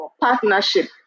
partnership